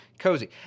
cozy